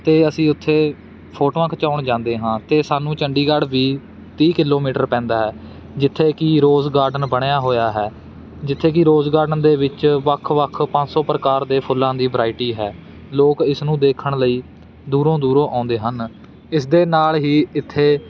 ਅਤੇ ਅਸੀਂ ਉੱਥੇ ਫੋਟੋਆਂ ਖਿਚਾਉਣ ਜਾਂਦੇ ਹਾਂ ਅਤੇ ਸਾਨੂੰ ਚੰਡੀਗੜ੍ਹ ਵੀ ਤੀਹ ਕਿਲੋਮੀਟਰ ਪੈਂਦਾ ਹੈ ਜਿੱਥੇ ਕਿ ਰੋਜ਼ ਗਾਰਡਨ ਬਣਿਆ ਹੋਇਆ ਹੈ ਜਿੱਥੇ ਕਿ ਰੋਜ਼ ਗਾਰਡਨ ਦੇ ਵਿੱਚ ਵੱਖ ਵੱਖ ਪੰਜ ਸੌ ਪ੍ਰਕਾਰ ਦੇ ਫੁੱਲਾਂ ਦੀ ਵਰਾਇਟੀ ਹੈ ਲੋਕ ਇਸ ਨੂੰ ਦੇਖਣ ਲਈ ਦੂਰੋਂ ਦੂਰੋਂ ਆਉਂਦੇ ਹਨ ਇਸ ਦੇ ਨਾਲ ਹੀ ਇੱਥੇ